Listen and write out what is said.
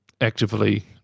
actively